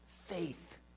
Faith